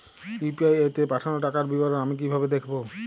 UPI তে পাঠানো টাকার বিবরণ আমি কিভাবে দেখবো?